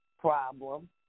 problem